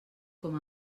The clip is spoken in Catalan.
com